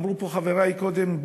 אמרו פה חברי קודם,